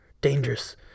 dangerous